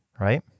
right